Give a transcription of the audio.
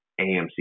AMC